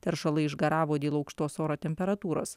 teršalai išgaravo dėl aukštos oro temperatūros